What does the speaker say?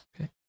okay